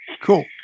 Cool